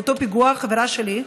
באותו פיגוע חברה שלי,